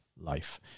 life